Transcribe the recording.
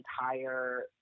entire